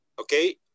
Okay